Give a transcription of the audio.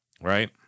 right